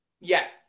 Yes